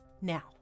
now